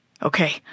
Okay